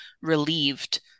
relieved